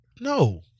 No